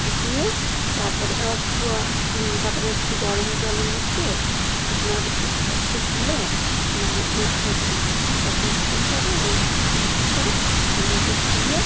ফুটিয়ে তারপরে একটু তাপরে একটু গরম জলের মধ্যে আপনার দুধটা একটু গুলে নামানোর আগে তখন কি করতে হবে ওই দুধটা ওর মধ্যে দিয়ে